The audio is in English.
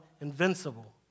invincible